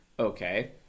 Okay